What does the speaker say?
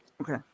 Okay